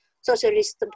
socialist